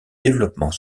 développement